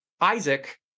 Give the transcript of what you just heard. Isaac